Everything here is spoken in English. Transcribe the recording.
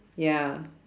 ya